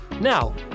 Now